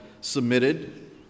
submitted